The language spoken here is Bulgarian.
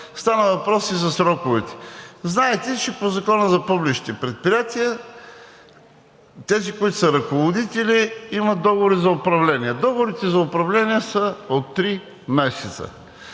Стана въпрос и за сроковете. Знаете, че по Закона за публичните предприятия тези, които са ръководители, имат договори за управление. Договорите за управление са от три месеца.